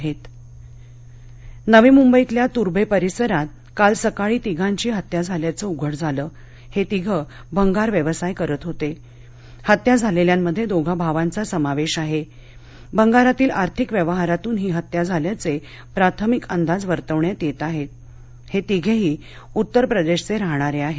हत्या मुंबई नवी मुंबईतल्या तूर्मे परिसरात काल सकाळी तिघांची हत्या झाल्याचं उघड झालं हे तिघे भंगार व्यवसाय करत होते हत्या झालेल्यांमध्ये दोघा भावांचा समावेश आहे भंगारातील आर्थिक व्यवहारातून ही हत्या झाल्याचे प्राथमिक अंदाज वर्तवण्यात येत आहे हे तिघेही उत्तर प्रदेश चे राहणारे आहेत